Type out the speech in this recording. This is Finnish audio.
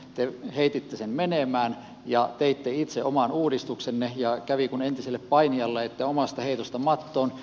te heititte sen menemään ja teitte itse oman uudistuksenne ja kävi kuin entiselle painijalle että omasta heitosta mattoon